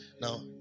now